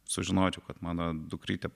sužinočiau kad mano dukrytė